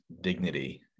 dignity